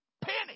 penny